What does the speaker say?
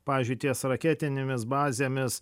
pavyzdžiui ties raketinėmis bazėmis